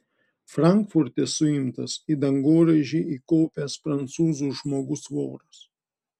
frankfurte suimtas į dangoraižį įkopęs prancūzų žmogus voras